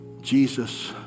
Jesus